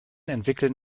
entwickeln